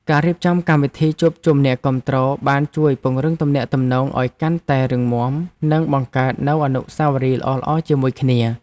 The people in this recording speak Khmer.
ការរៀបចំកម្មវិធីជួបជុំអ្នកគាំទ្របានជួយពង្រឹងទំនាក់ទំនងឱ្យកាន់តែរឹងមាំនិងបង្កើតនូវអនុស្សាវរីយ៍ល្អៗជាមួយគ្នា។